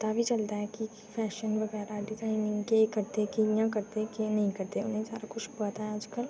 पता बी चलदा ऐ की फैशन बगैरा डिजाइनिंग केह् करदे कियां करदे केह् करदे केह् नेईं करदे उ'नेंगी सारा कुछ पता ऐ अजकल